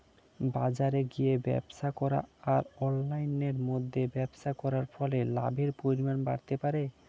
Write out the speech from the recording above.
বাজারে গিয়ে ব্যবসা করা আর অনলাইনের মধ্যে ব্যবসা করার ফলে লাভের পরিমাণ বাড়তে পারে?